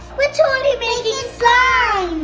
we're totally making slime!